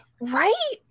right